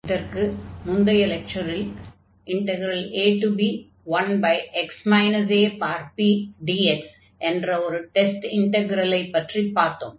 இதற்கு முன் லெக்சரில் ab1x apdx என்ற ஒரு டெஸ்ட் இன்ட்க்ரல் பற்றிப் பார்த்தோம்